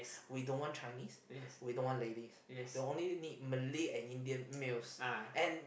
we don't Chinese we don't want ladies we'll only need Malay and Indian males and